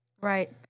Right